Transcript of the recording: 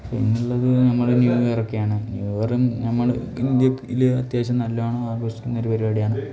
പിന്നെയുള്ളത് നമ്മൾ ന്യൂയിയറൊക്കെയാണ് ന്യൂയിയറും നമ്മൾ ഇന്ത്യയിൽ അത്യാവശ്യം നല്ലോണം ആഘോഷിക്കുന്നൊരു പരിപാടിയാണ്